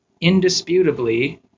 indisputably